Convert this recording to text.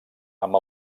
amb